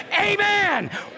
Amen